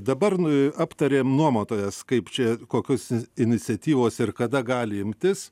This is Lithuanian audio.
dabar nu aptarėm nuomotojas kaip čia kokios iniciatyvos ir kada gali imtis